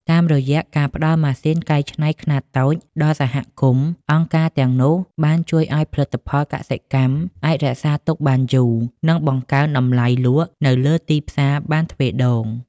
តាមរយៈការផ្ដល់ម៉ាស៊ីនកែច្នៃខ្នាតតូចដល់សហគមន៍ អង្គការទាំងនោះបានជួយឱ្យផលិតផលកសិកម្មអាចរក្សាទុកបានយូរ និងបង្កើនតម្លៃលក់នៅលើទីផ្សារបានទ្វេដង។